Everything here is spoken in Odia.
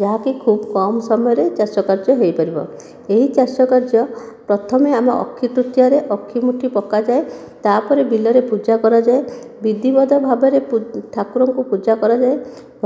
ଯାହାକି ଖୁବ କମ ସମୟରେ ଚାଷ କାର୍ଯ୍ୟ ହୋଇପାରିବ ଏହି ଚାଷ କାର୍ଯ୍ୟ ପ୍ରଥମେ ଆମ ଅକ୍ଷିତୃତୀୟାରେ ଅକ୍ଷି ମୁଠି ପକାଯାଏ ତା'ପରେ ବିଲରେ ପୂଜା କରାଯାଏ ବିଧିଗତ ଭାବରେ ପୂଜା ଠାକୁରଙ୍କୁ ପୂଜା କରାଯାଏ